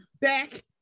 Back